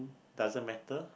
doesn't matter